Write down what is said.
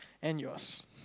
and yours